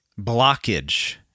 blockage